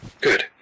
Good